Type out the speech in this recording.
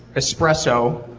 espresso,